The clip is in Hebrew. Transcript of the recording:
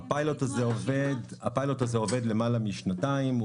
הפיילוט הזה עובד למעלה משנתיים.